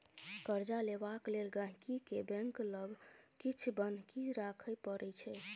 कर्जा लेबाक लेल गांहिकी केँ बैंक लग किछ बन्हकी राखय परै छै